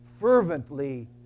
fervently